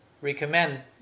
recommend